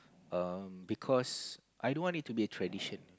um because I don't want it to be a tradition